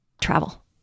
Travel